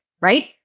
right